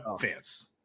fans